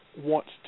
wants